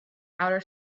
outer